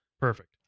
Perfect